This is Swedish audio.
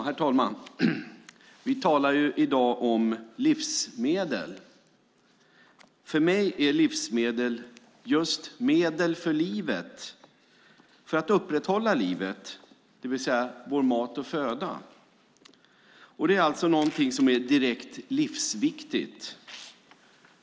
Herr talman! Vi talar i dag om livsmedel. För mig är livsmedel just medel för livet, för att upprätthålla livet, det vill säga vår mat och föda. Det är alltså någonting som är direkt livsviktigt.